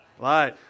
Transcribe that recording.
Right